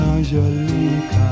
Angelica